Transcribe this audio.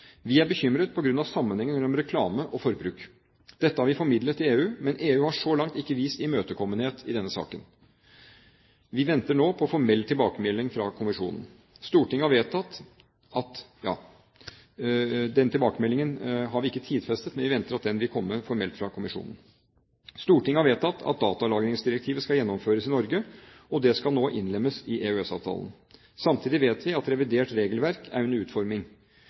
Vi er bekymret på grunn av sammenhengen mellom reklame og forbruk. Dette har vi formidlet til EU, men EU har så langt ikke vist imøtekommenhet i denne saken. Vi venter nå på formell tilbakemelding fra kommisjonen. Den tilbakemeldingen har vi ikke tidfestet, men vi venter at den vil komme formelt fra kommisjonen. Stortinget har vedtatt at datalagringsdirektivet skal gjennomføres i Norge, og det skal nå innlemmes i EØS-avtalen. Samtidig vet vi at revidert regelverk er under utforming.